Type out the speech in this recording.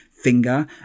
finger